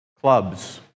clubs